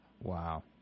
Wow